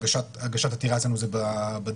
הגשת עתירה אלינו זה בדוא"ל,